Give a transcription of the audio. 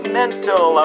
mental